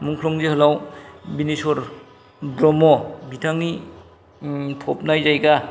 मुंख्लं जोहोलाव बिनेस्वर ब्रह्म बिथांनि फबनाय जायगा